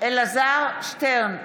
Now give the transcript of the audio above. אלעזר שטרן,